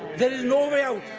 there is no way out.